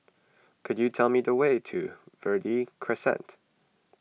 could you tell me the way to Verde Crescent